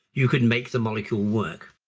you could make the molecule work.